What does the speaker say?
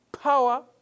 power